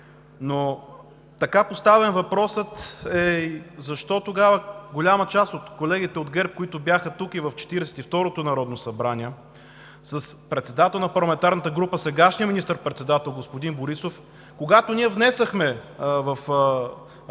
Но така поставен въпросът е и: защо тогава голяма част от колегите от ГЕРБ, които бяха тук и в Четиридесет и второто народно събрание, с председател на парламентарната група – сегашния министър-председател господин Борисов, когато ние внесохме в